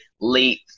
late